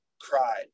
cried